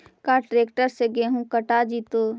का ट्रैक्टर से गेहूं कटा जितै?